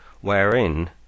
wherein